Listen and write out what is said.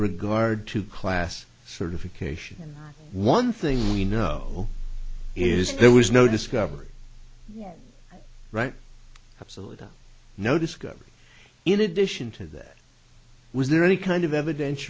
regard to class certification and one thing we know is there was no discovery right absolutely no discovery in addition to that was there any kind of eviden